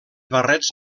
barrets